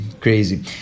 Crazy